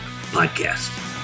Podcast